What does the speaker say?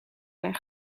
zijn